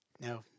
No